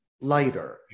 lighter